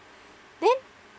then